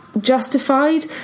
justified